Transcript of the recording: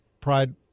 Pride